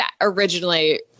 originally